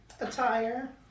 Attire